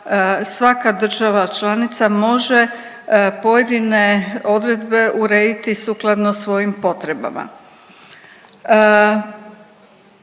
svaka država članica može pojedine odredbe urediti sukladno svojim potrebama.